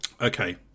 Okay